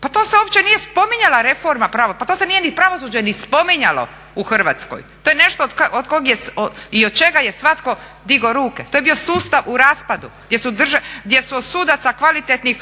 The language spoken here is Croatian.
Pa to se uopće nije spominjala reforma pravosuđa, pa to se nije pravosuđe ni spominjalo u Hrvatskoj. To je nešto od koga je, i od čega je svatko digao ruke, to je bio sustav u raspadu gdje su od sudaca kvalitetnih